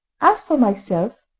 as for myself,